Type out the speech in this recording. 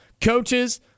Coaches